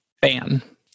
fan